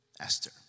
Esther